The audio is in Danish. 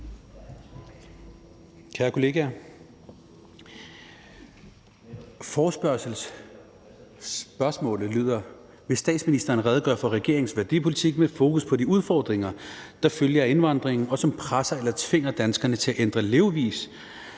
Kære kollegaer, spørgsmålet i forespørgslen lyder: Vil statsministeren redegøre for regeringens værdipolitik med fokus på de udfordringer, der følger af indvandringen, og som presser eller tvinger danskerne til at ændre levevis